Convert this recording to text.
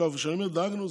כשאני אומר דאגנו,